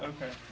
Okay